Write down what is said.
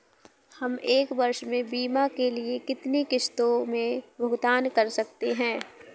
हम एक वर्ष में बीमा के लिए कितनी किश्तों में भुगतान कर सकते हैं?